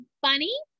funny